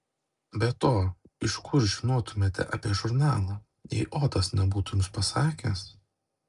be to iš kur žinotumėte apie žurnalą jei otas nebūtų jums pasakęs